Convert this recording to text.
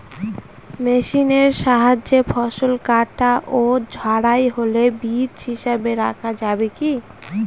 মেশিনের সাহায্যে ফসল কাটা ও ঝাড়াই হলে বীজ হিসাবে রাখা যাবে কি?